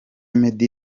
meddy